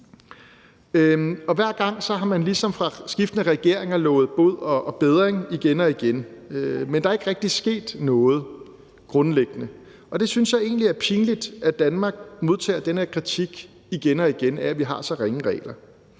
og hver gang har man ligesom fra skiftende regeringers side lovet bod og bedring igen og igen, men der er ikke rigtig sket noget grundlæggende. Jeg synes egentlig, det er pinligt, at Danmark igen og igen modtager den her kritik af, at vi har så ringe regler,